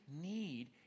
need